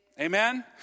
Amen